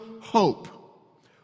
hope